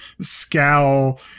scowl